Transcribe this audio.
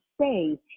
say